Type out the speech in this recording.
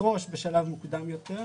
לפרוש בשלב מוקדם יותר.